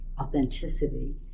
authenticity